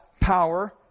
power